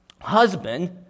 husband